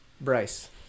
Bryce